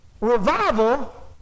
revival